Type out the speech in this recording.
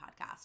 podcast